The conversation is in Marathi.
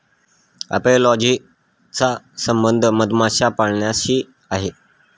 अपियोलॉजी चा संबंध मधमाशा पाळण्याशी आहे